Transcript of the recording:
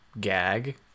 gag